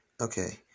Okay